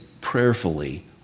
prayerfully